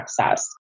access